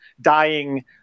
dying